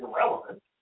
irrelevant